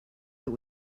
that